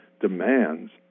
demands